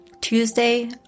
Tuesday